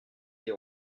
des